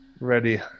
Ready